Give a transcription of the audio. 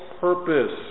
purpose